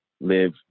live